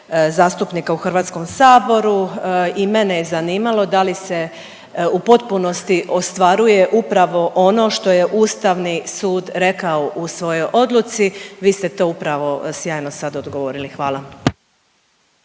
zastupnika u Hrvatskom saboru i mene je zanimalo da li se u potpunosti ostvaruje upravo ono što je Ustavni sud rekao u svojoj odluci. Vi ste upravo sjajno sad odgovorili. Hvala.